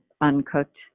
uncooked